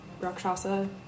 Rakshasa